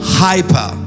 hyper